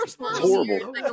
Horrible